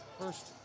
First